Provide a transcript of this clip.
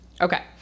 Okay